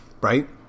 right